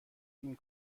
این